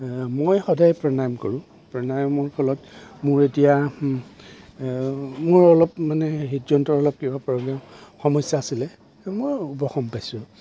মই সদায় প্ৰাণায়াম কৰোঁ প্ৰাণায়ামৰ ফলত মোৰ এতিয়া মোৰ অলপ মানে হৃদযন্ত্ৰৰ অলপ কিবা প্ৰব্লেম সমস্যা আছিলে মই উপশম পাইছোঁ